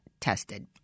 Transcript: tested